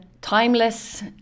timeless